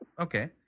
Okay